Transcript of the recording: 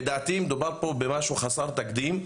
לדעתי מדובר פה במשהו חסר תקדים.